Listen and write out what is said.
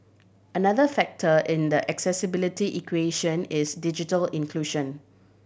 another factor in the accessibility equation is digital inclusion